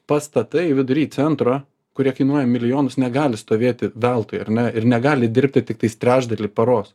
pastatai vidury centro kurie kainuoja milijonus negali stovėti veltui ar ne ir negali dirbti tiktais trečdalį paros